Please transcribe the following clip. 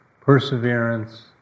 perseverance